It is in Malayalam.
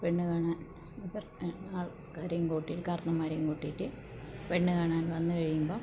പെണ്ണുകാണാൻ ആൾക്കാരെയും കൂട്ടി കാരണവന്മാരെയും കൂട്ടിയിട്ട് പെണ്ണ് കാണാൻ വന്നു കഴിയുമ്പോൾ